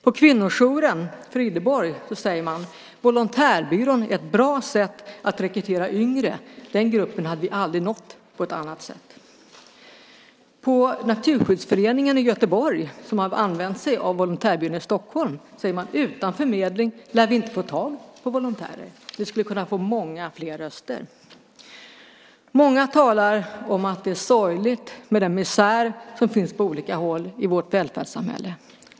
På Kvinnojouren Frideborg säger man: Det är ett bra sätt att rekrytera ungdomar. Den gruppen hade vi aldrig nått på ett annat sätt. På Naturskyddsföreningen i Göteborg, som har använt sig av Volontärbyrån i Stockholm, säger man: Utan förmedlingen lär vi inte få tag på volontärer. Ni skulle kunna få många fler röster. Många talar om att det är sorgligt med den misär som finns på olika håll i vårt välfärdssamhälle.